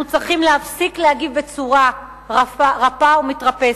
אנחנו צריכים להפסיק להגיב בצורה רפה ומתרפסת.